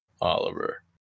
Oliver